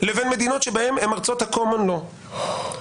לבין מדינות שהן בארצות ה-קומן לאו.